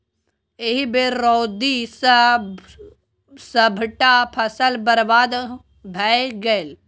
एहि बेर रौदी सँ सभटा फसल बरबाद भए गेलै